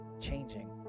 changing